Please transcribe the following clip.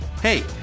Hey